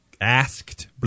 asked